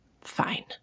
Fine